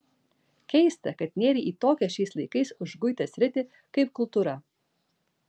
keista kad nėrei į tokią šiais laikais užguitą sritį kaip kultūra